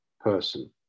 person